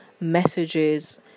messages